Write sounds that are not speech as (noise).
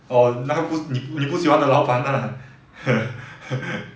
orh 那个不你不你不喜欢的老板啦 (laughs)